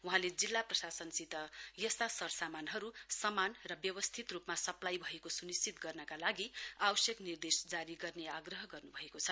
वहाँले जिल्ला प्रशासनसित यस्ता सरसामानहरु समान र व्यवस्थित रुपमा सप्लाई भएको सुनिश्चित गर्नका लागि आवशयक निर्देश जारी गर्ने आग्रह गर्नुभएको छ